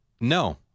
No